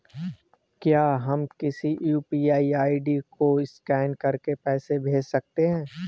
क्या हम किसी यू.पी.आई आई.डी को स्कैन करके पैसे भेज सकते हैं?